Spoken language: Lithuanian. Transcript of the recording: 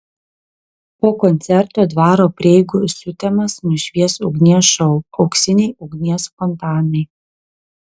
po koncerto dvaro prieigų sutemas nušvies ugnies šou auksiniai ugnies fontanai